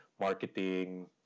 marketing